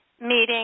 meeting